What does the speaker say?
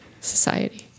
society